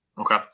Okay